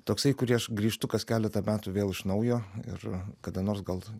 toksai kurį aš grįžtu kas keletą metų vėl iš naujo ir kada nors gal